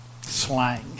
slang